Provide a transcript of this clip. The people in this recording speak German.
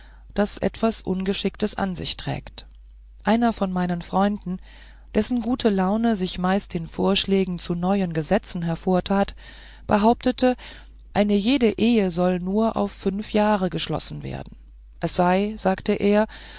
die etwas ungeschicktes an sich trägt einer von meinen freunden dessen gute laune sich meist in vorschlägen zu neuen gesetzen hervortat behauptete eine jede ehe solle nur auf fünf jahre geschlossen werden es sei sagte er